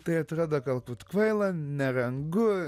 tai atrodo galbūt kvaila nerangu